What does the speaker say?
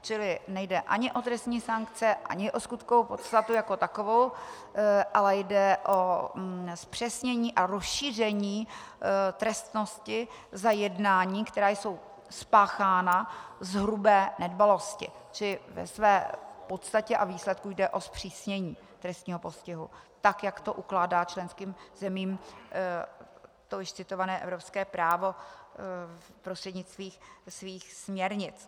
Čili nejde ani o trestní sankce ani o skutkovou podstatu jako takovou, ale jde o zpřesnění a rozšíření trestnosti za jednání, která jsou spáchána z hrubé nedbalosti, čili ve své podstatě a výsledku jde o zpřísnění trestního postihu, tak jak to ukládá členským zemím to již citované evropské právo prostřednictvím svých směrnic.